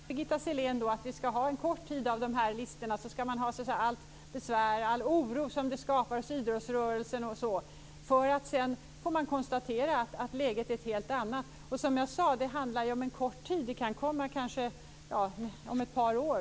Fru talman! Menar Birgitta Sellén att vi under en kort tid skall ha de här listorna, med allt besvär och all oro som det skapar hos idrottsrörelsen, för att sedan konstatera att läget är ett helt annat? Som jag sade handlar det om en kort tid. Det här kan komma om ett par år.